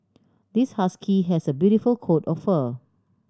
this husky has a beautiful coat of fur